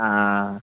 ആ